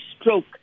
stroke